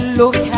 look